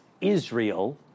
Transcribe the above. Israel